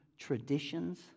Traditions